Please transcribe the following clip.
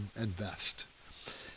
invest